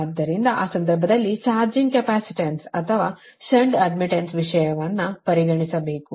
ಆದ್ದರಿಂದ ಆ ಸಂದರ್ಭದಲ್ಲಿ ಚಾರ್ಜಿಂಗ್ ಕೆಪಾಸಿಟನ್ಸ್ ಅಥವಾ ಷಂಟ್ ಅಡ್ಡ್ಮಿಟ್ಟನ್ಸ್ ವಿಷಯವನ್ನು ಪರಿಗಣಿಸಬೇಕು